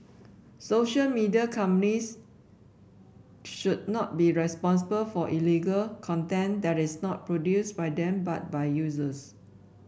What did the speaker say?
social media companies should not be responsible for illegal content that is not produced by them but by users